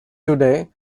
today